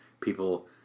people